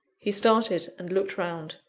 he started, and looked round.